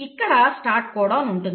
ఇక్కడ స్టార్ట్ కోడాన్ ఉంటుంది